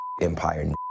Empire